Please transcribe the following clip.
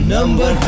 Number